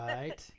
Right